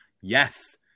Yes